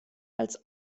als